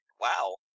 Wow